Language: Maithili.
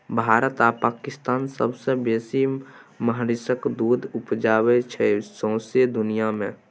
भारत आ पाकिस्तान सबसँ बेसी महिषक दुध उपजाबै छै सौंसे दुनियाँ मे